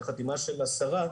והחתימה של השרה,